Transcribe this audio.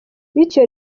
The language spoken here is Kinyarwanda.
bityo